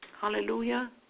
Hallelujah